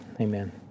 Amen